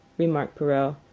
remarked perrault.